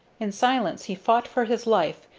in silence he fought for his life,